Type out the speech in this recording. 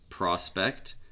prospect